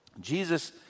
Jesus